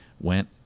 went